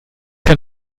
kein